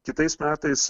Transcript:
kitais metais